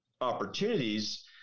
opportunities